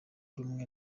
rumwe